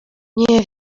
nie